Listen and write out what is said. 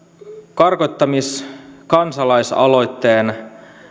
karkottamiskansalaisaloitteen